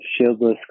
shieldless